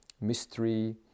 mystery